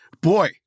boy